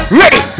ready